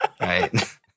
Right